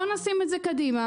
בואו נשים את זה קדימה,